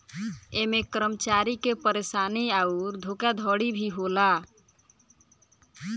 ऐमे कर्मचारी के परेशानी अउर धोखाधड़ी भी होला